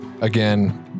Again